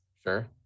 Sure